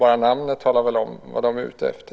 Bara namnet talar väl om vad man är ute efter.